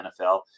NFL